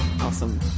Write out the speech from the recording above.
Awesome